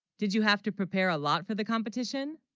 did you have to prepare a lot for the competition